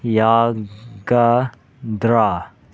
ꯌꯥꯒꯗ꯭ꯔꯥ